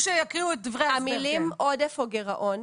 המילים "עודף" או "גירעון"